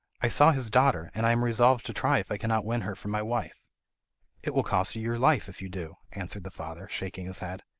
i saw his daughter, and i am resolved to try if i cannot win her for my wife it will cost you your life, if you do answered the father, shaking his head.